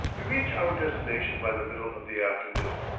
we reach our destination by the middle of the afternoon,